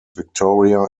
victoria